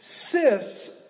sifts